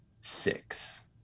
six